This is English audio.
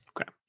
okay